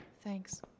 Thanks